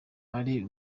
ari